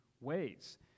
ways